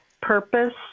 purpose